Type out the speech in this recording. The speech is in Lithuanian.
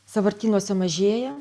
sąvartynuose mažėja